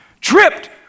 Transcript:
tripped